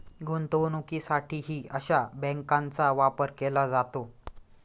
गुंतवणुकीसाठीही अशा बँकांचा वापर केला जातो